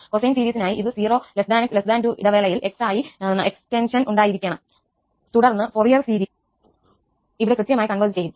cosine സീരീസിനായി ഇത് 0 𝑥 2 ഇടവേളയിൽ 𝑥 ആയി നൽകിയിട്ടുള്ള ഫങ്ക്ഷന് ആണ് ഈ 𝑓 𝑥 ഫംഗ്ഷന് നമുക്ക് ഈ ഈവൻ എസ്റ്റെന്ഷന് ഉണ്ടായിരിക്കണം തുടർന്ന് ഫൊറിയർ സീരീസ് ഇവിടെ കൃത്യമായി കോൺവെർജ് ചെയ്യും